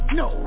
no